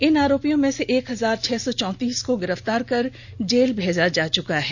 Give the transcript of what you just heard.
इन आरोपियों में से एक हजार छह सौ चौतीस को गिरफ्तार कर जेल भेजा जा चका है